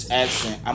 accent